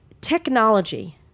technology